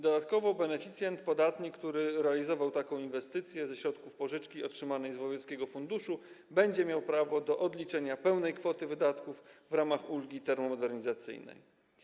Dodatkowo beneficjent, podatnik, który realizował taką inwestycję ze środków pożyczki otrzymanej z wojewódzkiego funduszu, będzie miał prawo do odliczenia pełnej kwoty wydatków w ramach ulgi termomodernizacyjnej.